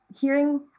hearing